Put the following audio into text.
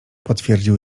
potwierdził